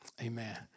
Amen